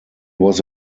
was